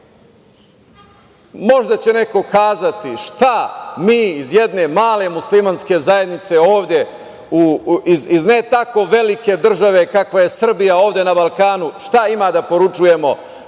će neko kazati šta mi iz jedne male muslimanske zajednice ovde, iz ne tako velike države kakva je Srbija ovde na Balkanu, ima da poručujemo svim